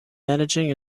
managing